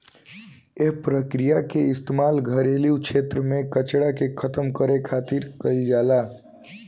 एह प्रक्रिया के इस्तेमाल घरेलू क्षेत्र में कचरा के खतम करे खातिर खातिर कईल जाला